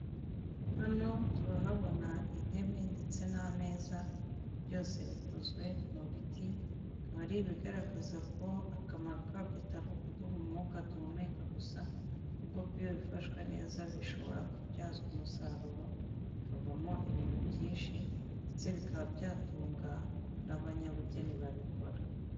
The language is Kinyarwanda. Hano turahabona intebe ndetse n'ameza byose bikozwe mu biti bikaba ari ibigaragaza ko akamaro kabyo atari ukuduha umwuka duhumeka gusa, ahubwo ko iyo bifashwe neza bishobora kubyazwa umusaruro kavamo ibintu byinshi ndetse bikaba byatunga n'abanyabugeni babikora.